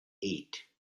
eight